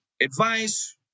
advice